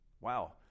Wow